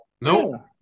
No